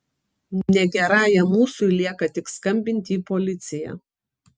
negerajam ūsui lieka tik skambinti į policiją